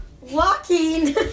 Walking